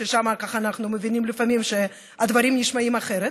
ששם אנחנו מבינים לפעמים שהדברים נשמעים אחרת.